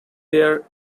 their